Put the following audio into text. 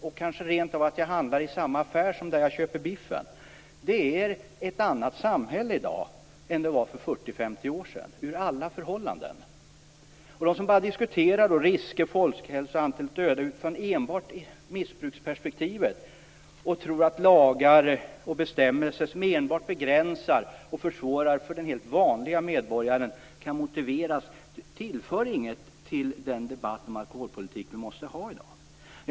Jag kanske rent av handlar det i samma affär som jag köper biffen i. Vi har i dag i alla avseenden ett annat samhälle än för 40-50 år sedan. De som diskuterar risker, folkhälsa och antalet döda bara i missbruksperspektivet och som tror att lagar och bestämmelser som enbart begränsar och försvårar för den helt vanlige medborgaren kan motiveras tillför inget till den debatt om alkoholpolitiken som vi i dag måste föra.